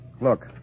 Look